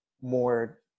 more